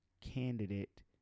candidate